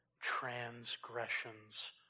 transgressions